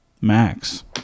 Max